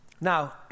Now